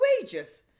wages